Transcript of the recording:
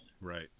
Right